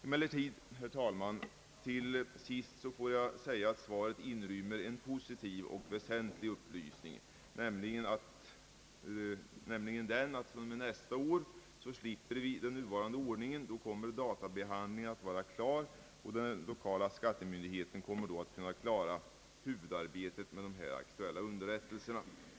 Emellertid, herr talman, vill jag till sist säga att svaret inrymmer en positiv och väsentlig upplysning, nämligen den att från och med nästa år slipper vi den nuvarande ordningen. Då kommer databehandlingen att vara färdig, och då kommer den lokala skattemyndigheten att klara huvudarbetet med de aktuella underrättelserna.